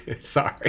Sorry